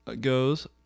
goes